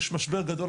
יש משבר גדול.